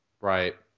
Right